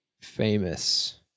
famous